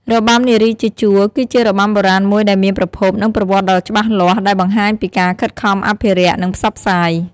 របាំនារីជាជួរ គឺជារបាំបុរាណមួយដែលមានប្រភព និងប្រវត្តិដ៏ច្បាស់លាស់ ដែលបង្ហាញពីការខិតខំអភិរក្ស និងផ្សព្វផ្សាយ។